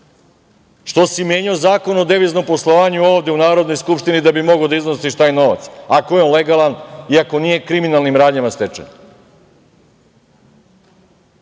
Što si menjao Zakon o deviznom poslovanju ovde u Narodnoj skupštini da bi mogao da iznosiš taj novac ako je on legalan i ako nije kriminalnim radnjama stečen